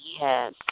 Yes